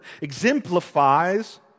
exemplifies